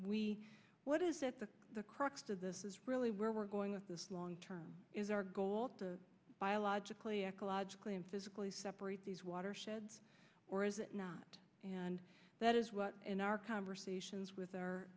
what is the crux of this is really where we're going with this long term is our goal biologically ecologically and physically separate these watersheds or is it not and that is what in our conversations with our